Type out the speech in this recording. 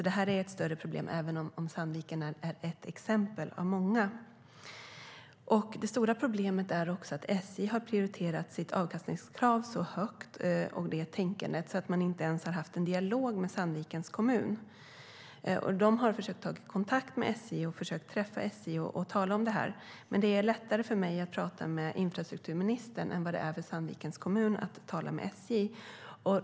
Detta är ett större problem, och Sandviken är ett exempel av många. Det stora problemet är att SJ har prioriterat sitt avkastningskrav och tänkandet kring det så högt att man inte ens har fört en dialog med Sandvikens kommun. Kommunen har försökt ta kontakt med SJ och träffa dem för att tala om det här, men det är lättare för mig att tala med infrastrukturministern än det är för Sandvikens kommun att tala med SJ.